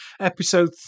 episode